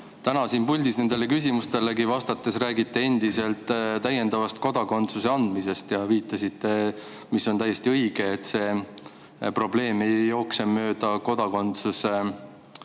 täna siin puldis ka küsimustele vastates räägite endiselt täiendavast kodakondsuse andmisest. Te viitasite – mis on täiesti õige –, et probleem ei jookse mööda kodakondsuse